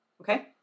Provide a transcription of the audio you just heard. okay